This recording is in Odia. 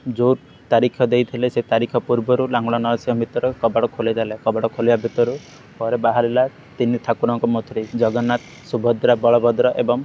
ଯେଉଁ ତାରିଖ ଦେଇଥିଲେ ସେ ତାରିଖ ପୂର୍ବରୁ ଲାଙ୍ଗଳା ନୟସି ଭିତରେ କବାଡ଼ ଖୋଲିଦେଲେ କବାଡ଼ ଖୋଲିବା ଭିତରୁ ପରେ ବାହାରିଲା ତିନି ଠାକୁରଙ୍କ ମୂର୍ତ୍ତି ଜଗନ୍ନାଥ ସୁଭଦ୍ରା ବଳଭଦ୍ର ଏବଂ